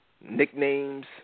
nicknames